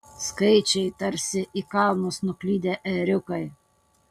skaičiai tarsi į kalnus nuklydę ėriukai